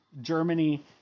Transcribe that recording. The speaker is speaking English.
Germany